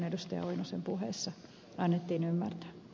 lauri oinosen puheessa annettiin ymmärtää